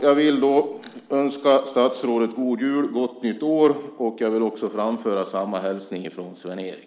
Jag vill önska statsrådet god jul och gott nytt år, och jag vill också framföra samma hälsning från Sven-Erik.